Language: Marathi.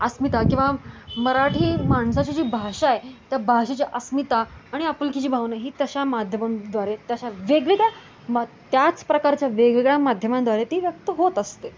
अस्मिता किंवा मराठी माणसाची जी भाषा आहे त्या भाषेची अस्मिता आणि आपुलकीची भावना ही तशा माध्यमांद्वारे तशा वेगवेगळ्या मग त्याच प्रकारच्या वेगवेगळ्या माध्यमांद्वारे ती व्यक्त होत असते